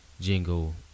jingle